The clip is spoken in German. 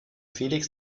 felix